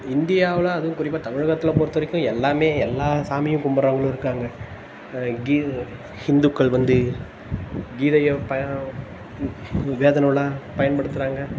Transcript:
இந்தியாவில் அதுவும் குறிப்பாக தமிழகத்தில் பொறுத்த வரைக்கும் எல்லாமே எல்லாம் சாமியும் கும்பிட்றவங்களும் இருக்காங்க கீதை ஹிந்துக்கள் வந்து கீதையை பய வேதநூலாக பயன்படுத்துகிறாங்க